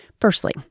Firstly